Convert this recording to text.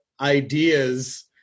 ideas